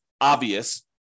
obvious